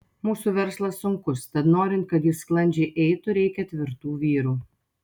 mūsų verslas sunkus tad norint kad jis sklandžiai eitų reikia tvirtų vyrų